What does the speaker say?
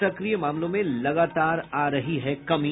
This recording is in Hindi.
सक्रिय मामलों में लगातार आ रही है कमी